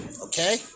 Okay